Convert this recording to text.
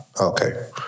Okay